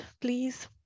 please